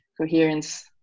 coherence